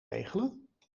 regelen